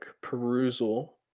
perusal